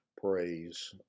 praise